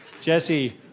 Jesse